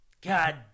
God